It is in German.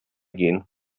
gehen